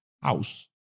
house